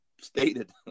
stated